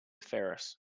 ferris